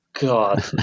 God